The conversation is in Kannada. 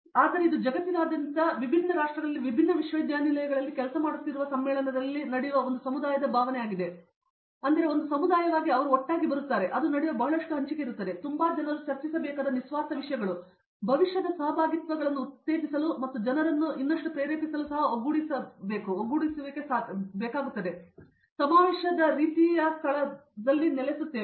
ಆದರೆ ಇದು ಜಗತ್ತಿನಾದ್ಯಂತ ವಿಭಿನ್ನ ರಾಷ್ಟ್ರಗಳಲ್ಲಿ ವಿವಿಧ ವಿಶ್ವವಿದ್ಯಾನಿಲಯಗಳಲ್ಲಿ ಕೆಲಸ ಮಾಡುತ್ತಿರುವ ಸಮ್ಮೇಳನದಲ್ಲಿ ನಡೆಯುವ ಒಂದು ಸಮುದಾಯದ ಭಾವನೆ ಇದೆ ಆದರೆ ಒಂದು ಸಮುದಾಯವಾಗಿ ಅವರು ಒಟ್ಟಾಗಿ ಬರುತ್ತಾರೆ ಅದು ನಡೆಯುವ ಬಹಳಷ್ಟು ಹಂಚಿಕೆ ಇರುತ್ತದೆ ಮತ್ತು ಅದು ತುಂಬಾ ಜನರು ಚರ್ಚಿಸಬೇಕಾದ ನಿಸ್ವಾರ್ಥ ವಿಷಯಗಳು ಭವಿಷ್ಯದ ಸಹಭಾಗಿತ್ವಗಳನ್ನು ಉತ್ತೇಜಿಸಲು ಮತ್ತು ಜನರನ್ನು ಇನ್ನಷ್ಟು ಪ್ರೇರಿಸಲು ಸಹ ಒಗ್ಗೂಡಿಸುವಿಕೆ ಮತ್ತು ಸಮಾವೇಶದ ರೀತಿಯ ಸ್ಥಳವನ್ನು ನೆಲಸುತ್ತದೆ